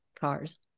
cars